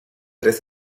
tres